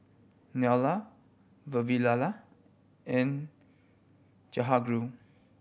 Neila Vavilala and Jehangirr